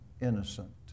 innocent